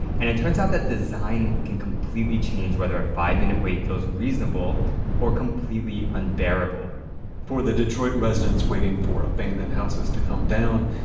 and it turns out that design can completely change whether our five-minute wait goes reasonable or completely unbearable for the detroit residents waiting for abandoned houses to come down,